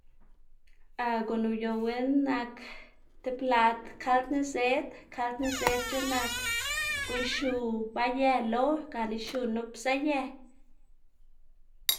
guꞌn uyowná nak tib plat kald nizëd, kal nizëd c̲h̲eꞌn nak guꞌn xiu bay- yë lo gana xiu nup pzaꞌyë.